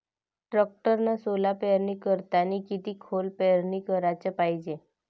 टॅक्टरनं सोला पेरनी करतांनी किती खोल पेरनी कराच पायजे?